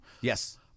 Yes